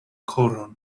koron